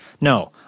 No